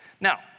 Now